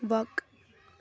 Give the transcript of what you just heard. وق